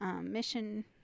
mission